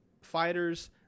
fighters